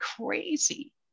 crazy